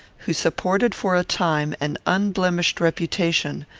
who supported for a time an unblemished reputation,